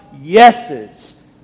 yeses